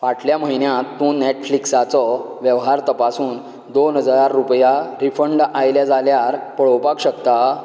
फाटल्या म्हयन्यांत तूं नॅटफ्लिक्सचो वेवहार तपासून दोन हजार रुपया रिफंड आयल्या जाल्यार पळोवपाक शकता